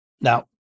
Now